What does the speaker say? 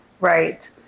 Right